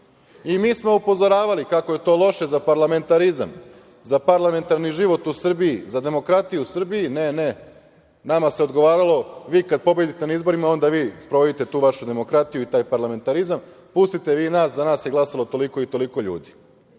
smo upozoravali kako je to loše za parlamentarizam, za parlamentarni život u Srbiji, za demokratiju u Srbiji. Ne, nama se odgovaralo - vi kada pobedite na izborima onda vi sprovodite tu vašu demokratiju i taj parlamentarizam, pustite vi nas, za nas je glasalo toliko i toliko ljudi.U